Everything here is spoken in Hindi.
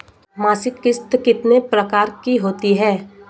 मासिक किश्त कितने प्रकार की होती है?